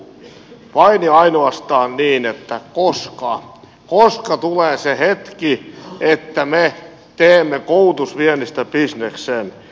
minun kysymykseni kuuluu vain ja ainoastaan niin että koska tulee se hetki että me teemme koulutusviennistä bisneksen